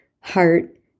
heart